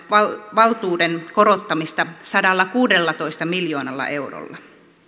valtuuden korottamista sadallakuudellatoista miljoonalla eurolla